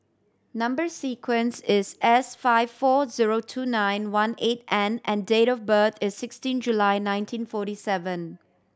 number sequence is S five four zero two nine one eight N and date of birth is sixteen July nineteen forty seven